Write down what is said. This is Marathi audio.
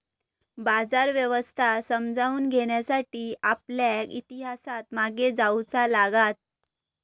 बाजार व्यवस्था समजावून घेण्यासाठी आपल्याक इतिहासात मागे जाऊचा लागात